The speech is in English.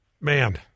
Man